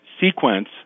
sequence